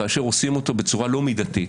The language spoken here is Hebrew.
כאשר עושים אותו בצורה לא מידתית,